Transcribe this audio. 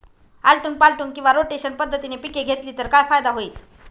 आलटून पालटून किंवा रोटेशन पद्धतीने पिके घेतली तर काय फायदा होईल?